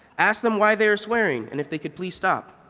ask them why they're swearing and if they could please stop.